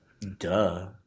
Duh